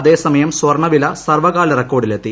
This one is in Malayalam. അത്സ്മയം സ്വർണ്ണവില സർവകാല റെക്കോർഡിലെത്തി